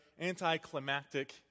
anticlimactic